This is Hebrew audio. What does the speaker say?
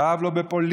כאב לו בפולין,